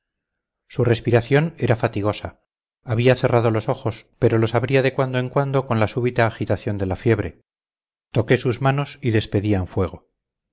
su respiración era fatigosa había cerrado los ojos pero los abría de cuando en cuando con la súbita agitación de la fiebre toqué sus manos y despedían fuego